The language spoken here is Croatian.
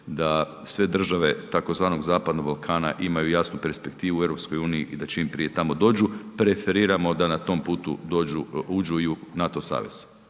da sve države tzv. Zapadnog Balkana imaju jasnu perspektivu u EU i da čim prije preferiramo da na tom putu uđu i u NATO savez.